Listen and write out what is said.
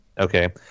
Okay